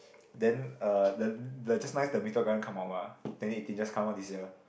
then uh the the just nice the Meteor Garden come out mah twenty eighteen just come out this year